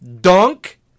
dunk